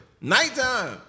Nighttime